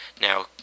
Now